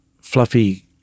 fluffy